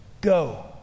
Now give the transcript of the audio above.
go